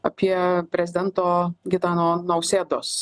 apie prezidento gitano nausėdos